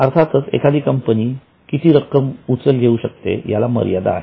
अर्थातच एखादी कंपनी किती रक्कम उचल घेऊ शकते याला मर्यादा आहेत